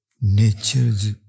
nature's